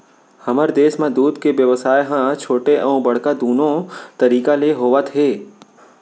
हमर देस म दूद के बेवसाय ह छोटे अउ बड़का दुनो तरीका ले होवत हे